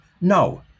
No